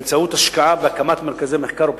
לארץ באמצעות השקעה בהקמת מרכזי מחקר ופיתוח.